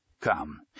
Come